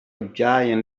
giant